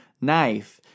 knife